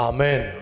Amen